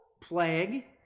plague